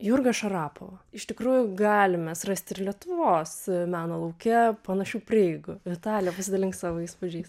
jurgą šarapovą iš tikrųjų galim mes rasti ir lietuvos meno lauke panašių prieigų vitalija pasidalink savo įspūdžiais